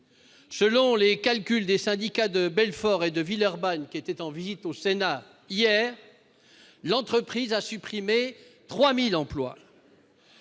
Selon les calculs des syndicats de Belfort et de Villeurbanne, qui étaient en visite hier au Sénat, l'entreprise a même supprimé 3 000 emplois.